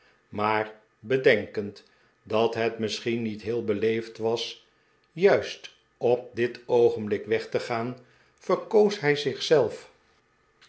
maar bedenkend dat het misschien niet heel beleefd was juist op dit oogenblik weg te gaan verkoos hij